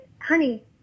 Honey